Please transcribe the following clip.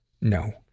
No